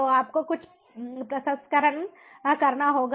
तो आपको कुछ प्रसंस्करण करना होगा